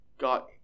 got